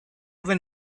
then